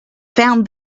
found